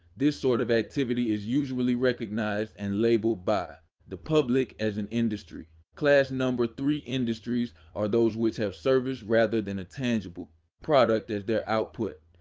this sort of activity is usually recognized and labeled by the public as an industry. class three industries are those which have service rather than a tangible product as their output.